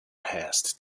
passed